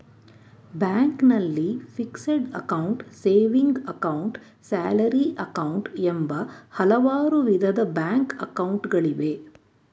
ಬ್ಯಾಂಕ್ನಲ್ಲಿ fixed account, saving account, salary account, ಎಂಬ ಹಲವಾರು ವಿಧದ ಬ್ಯಾಂಕ್ ಅಕೌಂಟ್ ಗಳಿವೆ